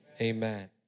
Amen